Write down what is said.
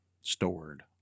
stored